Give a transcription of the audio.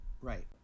right